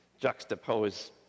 juxtapose